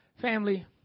Family